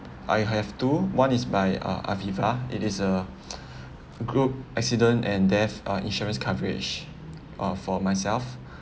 I have two one is my uh Aviva it is a group accident and death uh insurance coverage uh for myself